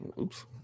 Oops